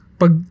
pag